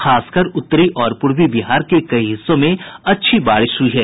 खास कर उत्तरी और पूर्वी बिहार के कई हिस्सों में अच्छी बारिश हुई है